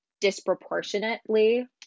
disproportionately